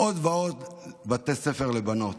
עוד ועוד בתי ספר לבנות,